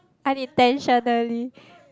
unintentionally